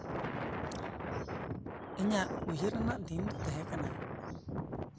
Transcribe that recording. ᱤᱧᱟᱹᱜ ᱩᱭᱦᱟᱹᱨ ᱟᱱᱟᱜ ᱫᱤᱱ ᱫᱚ ᱛᱟᱦᱮᱸ ᱠᱟᱱᱟ